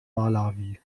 malawi